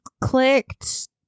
clicked